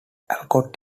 alcott